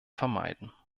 vermeiden